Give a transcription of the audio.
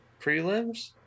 prelims